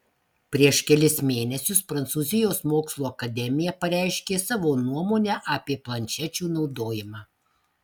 prieš kelis mėnesius prancūzijos mokslų akademija pareiškė savo nuomonę apie planšečių naudojimą